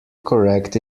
correct